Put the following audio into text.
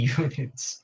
units